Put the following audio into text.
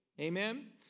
Amen